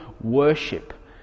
worship